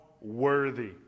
worthy